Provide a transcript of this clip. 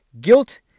Guilt